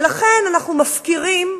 ולכן אנחנו מפקירים,